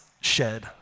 shed